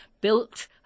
built